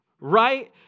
right